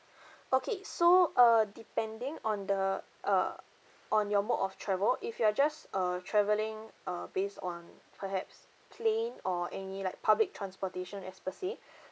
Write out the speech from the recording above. okay so uh depending on the err on your mode of travel if you are just uh travelling uh based on perhaps plane or any like public transportation as per se